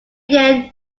then